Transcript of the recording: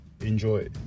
Enjoy